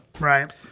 Right